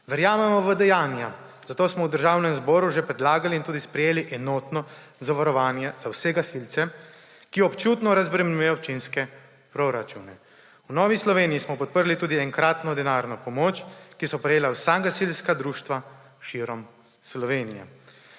Verjamemo v dejanja, zato smo v Državnem zboru že predlagali in tudi sprejeli enotno zavarovanje za vse gasilce, ki občutno razbremenjujejo občinske proračune. V Novi Sloveniji smo podprli tudi enkratno denarno pomoč, ki so jo prejela vsa gasilska društva širom Slovenije.